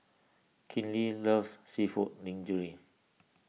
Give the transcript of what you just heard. Kinley loves Seafood Linguine